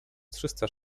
trzysta